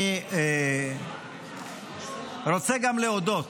אני רוצה גם להודות